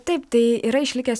taip tai yra išlikęs